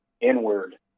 inward